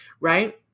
right